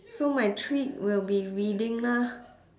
so my treat will be reading lah